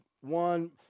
One